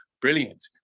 brilliant